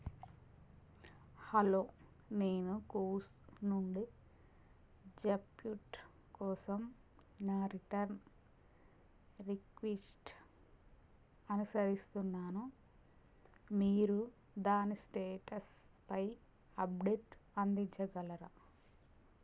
hello నేను Koovs నుండి jumpsuit కోసం నా రిటర్న్ రిక్వెస్ట్ అనుసరిస్తున్నాను మీరు దాని స్టేటస్పై అప్డేట్ అందించగలరా